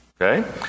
Okay